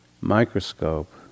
microscope